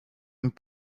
und